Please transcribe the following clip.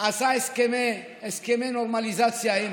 עשה הסכמי נורמליזציה עם